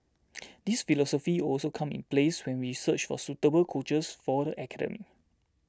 this philosophy also come in plays when we search for suitable coaches for the academy